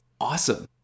awesome